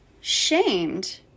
shamed